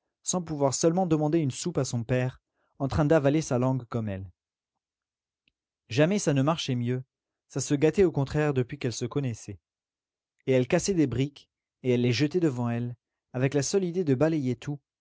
sans pouvoir seulement demander une soupe à son père en train d'avaler sa langue comme elle jamais ça ne marchait mieux ça se gâtait au contraire depuis qu'elle se connaissait et elle cassait des briques et elle les jetait devant elle avec la seule idée de balayer tout